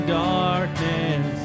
darkness